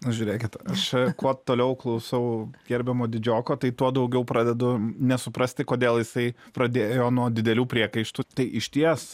žiūrėkit aš kuo toliau klausau gerbiamo didžioko tai tuo daugiau pradedu nesuprasti kodėl jisai pradėjo nuo didelių priekaištų tai išties